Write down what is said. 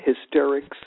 hysterics